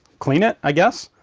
clean it, i guess,